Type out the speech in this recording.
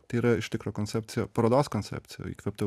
tai yra iš tikro koncepcija parodos koncepcija įkvėpta